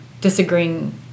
disagreeing